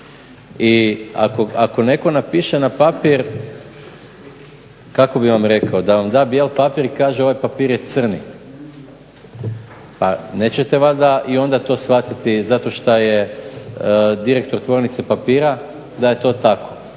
I ako netko napiše na papir kako bi vam rekao da vam da bijeli papir i kaže ovaj papir je crni pa nećete valjda i onda to shvatiti zato što je direktor tvornice papira da je to tako.